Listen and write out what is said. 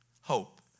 hope